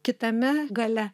kitame gale